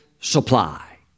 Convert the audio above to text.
supply